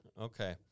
Okay